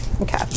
Okay